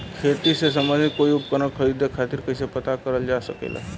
खेती से सम्बन्धित कोई उपकरण खरीदे खातीर कइसे पता करल जा सकेला?